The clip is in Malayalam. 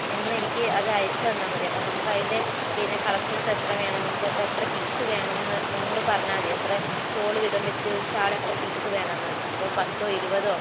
നിങ്ങൾ എനിക്ക് അത് അയച്ചു തന്നാൽമതി അപ്പോൾ നമ്മൾക്ക് അതിൻ്റെ പിന്നെ കളക്ഷൻസ് എത്ര വേണം നിങ്ങൾക്ക് അപ്പോൾ എത്ര പീസ് വേണം എന്ന് നിങ്ങൾ പറഞ്ഞാൽമതി എത്ര ഷോൾ വീതം വച്ച് ഒരു ഷാൾ എത്ര പീസ് വേണം എന്ന് ഇപ്പോൾ പത്തോ ഇരുപതോ